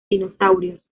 dinosaurios